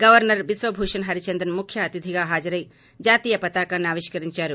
governor Biswabhusan Harichandan ముఖ్యఅతిథిగా హాజరై జాతీయ పతాకాన్ని ఆవిష్కరించారు